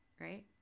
Right